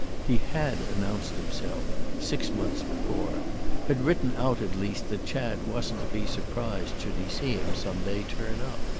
he had announced himself six months before had written out at least that chad wasn't to be surprised should he see him some day turn up.